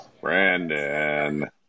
Brandon